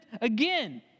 again